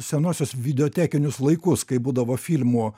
senuosius videotekinius laikus kai būdavo filmų